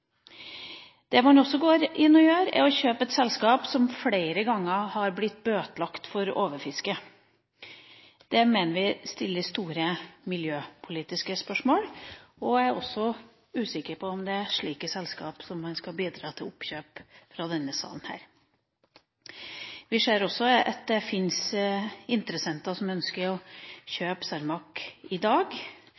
Det man også går inn og gjør, er å kjøpe et selskap som flere ganger har blitt bøtelagt for overfiske. Det mener vi stiller store miljøpolitiske spørsmål, og jeg er også usikker på om det er slike selskaper som man skal bidra til oppkjøp av fra denne salen. Vi ser også at det fins interessenter som ønsker å